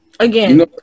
Again